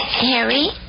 Harry